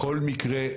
בכל מקרה,